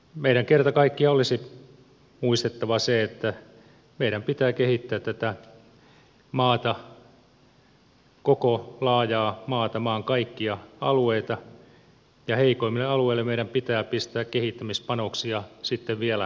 meidän kerta kaikkiaan olisi muistettava se että meidän pitää kehittää tätä maata koko laajaa maata maan kaikkia alueita ja heikoimmille alueille meidän pitää pistää kehittämispanoksia sitten vielä enemmän